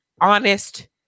honest